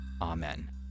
Amen